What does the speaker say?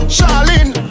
Charlene